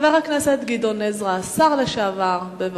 חבר הכנסת גדעון עזרא, השר לשעבר, בבקשה.